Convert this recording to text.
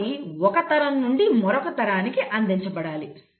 అవి ఒక తరం నుండి మరొక తరానికి అందించబడాలి